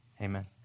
Amen